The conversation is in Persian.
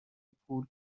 پول